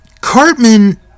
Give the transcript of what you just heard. Cartman